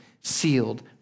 sealed